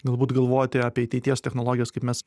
galbūt galvoti apie ateities technologijas kaip mes